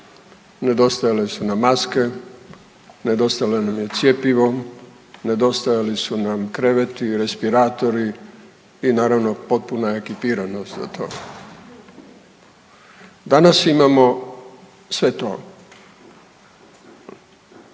nedostajale su na maske, nedostajalo nam je cjepivo, nedostajali su nam kreveti, respiratori i naravno potpuna ekipiranost za to. Danas imamo sve to,